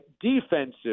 defensive